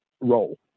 role